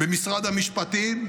במשרד המשפטים,